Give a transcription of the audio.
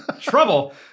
Trouble